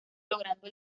logrando